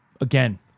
again